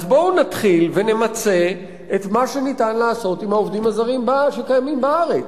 אז בואו נתחיל ונמצה את מה שניתן לעשות עם העובדים הזרים שקיימים בארץ.